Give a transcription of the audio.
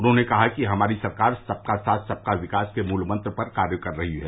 उन्होंने कहा कि हमारी सरकार सबका साथ सबका विकास के मूल मंत्र पर कार्य कर रही है